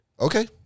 Okay